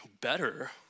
better